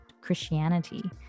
Christianity